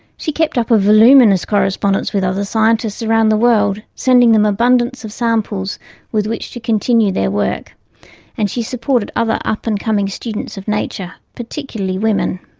she kept up a voluminous correspondence with other scientists around the world, sending them an abundance of samples with which to continue their work and she supported other up and coming students of nature, particularly women.